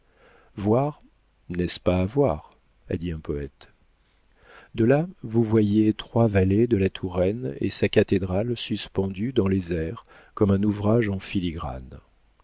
voir n'est-ce pas avoir a dit un poète de là vous voyez trois vallées de la touraine et sa cathédrale suspendue dans les airs comme un ouvrage en filigrane